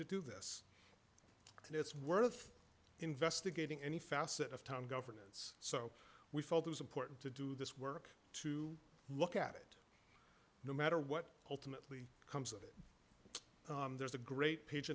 to do this and it's worth investigating any facet of time governance so we felt it was important to do this work to look at it no matter what ultimately comes of it there's a great